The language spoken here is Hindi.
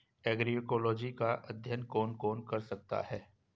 एग्रोइकोलॉजी का अध्ययन कौन कौन कर सकता है?